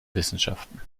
wissenschaften